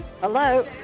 Hello